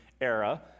era